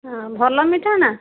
ହଁ ଭଲ ମିଠା ନା